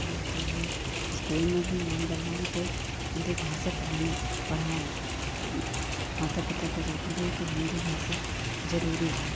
और जो है इस्कूल में भी नाम डलवाएँ तो हिन्दी भाषा पढ़ाने पढ़ाएँ माता पिता को ज़रूरी है कि हिन्दी भाषा ज़रूरी है